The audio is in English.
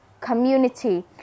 community